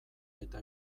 eta